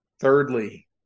Thirdly